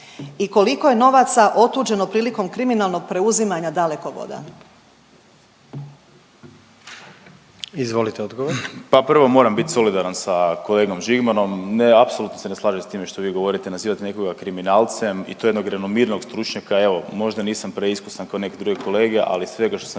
I koliko je novaca otuđeno prilikom kriminalnog preuzimanja Dalekovoda? **Jandroković, Gordan (HDZ)** Izvolite odgovor. **Vidiš, Ivan** Pa prvo moram bit solidaran sa kolegom Žigmanom, ne apsolutno se ne slažem s time što vi govorite, nazivate nekoga kriminalcem i to jednog renomiranog stručnjaka, evo možda nisam preiskusan kao neke druge kolege ali iz svega što sam